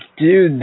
dude